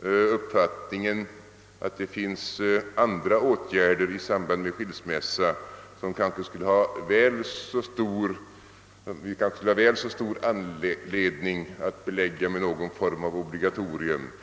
framfört uppfattningen att det finns andra åtgärder i samband med skilsmässa som det kanske finns väl så stor anledning att belägga med någon form av obligatorium.